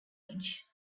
age